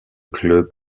club